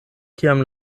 kiam